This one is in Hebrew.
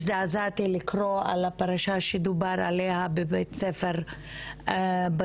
הזדעזעתי לקרוא על הפרשה שדובר עליה בבית הספר בדרום.